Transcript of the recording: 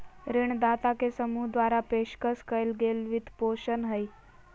ऋणदाता के समूह द्वारा पेशकश कइल गेल वित्तपोषण हइ